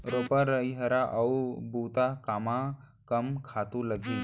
रोपा, लइहरा अऊ बुता कामा कम खातू लागही?